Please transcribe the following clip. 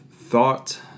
thought